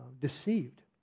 deceived